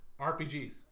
RPGs